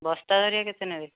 ବସ୍ତା ହରିକା କେତେ ନେବେ